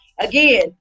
again